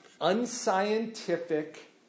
unscientific